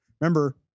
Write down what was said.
Remember